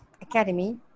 academy